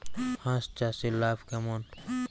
হাঁস চাষে লাভ কেমন?